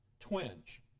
twinge